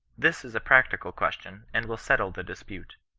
this is a practical question, and will settle the dispute.